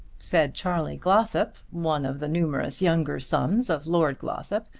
said charley glossop, one of the numerous younger sons of lord glossop.